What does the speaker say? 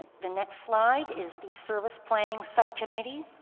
the next slide is the service planning subcommittee,